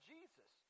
Jesus